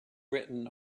written